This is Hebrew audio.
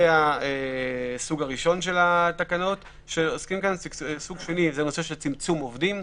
אלה הסוג הראשון של התקנות; הסוג השני הוא נושא צמצום עובדים.